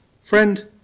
Friend